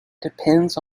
depends